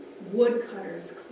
woodcutters